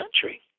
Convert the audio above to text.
country